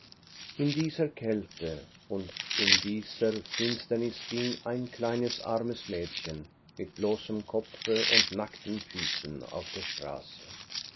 in dieser kälte und in dieser finsternis ging ein kleines armes mädchen mit bloßem kopfe und nackten füßen auf der straße